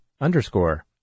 underscore